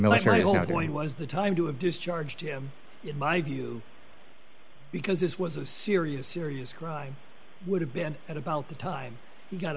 military when was the time to have discharged in my view because this was a serious serious crime would have been at about the time you got